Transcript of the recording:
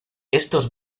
estos